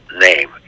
name